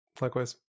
Likewise